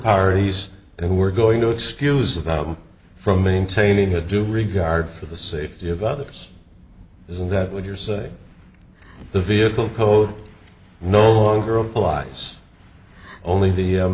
parties and we're going to excuse them from maintaining the due regard for the safety of others isn't that what you're saying the vehicle code no longer applies only the u